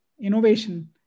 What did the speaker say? innovation